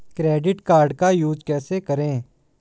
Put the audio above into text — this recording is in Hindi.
क्रेडिट कार्ड का यूज कैसे करें?